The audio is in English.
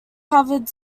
covered